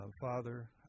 father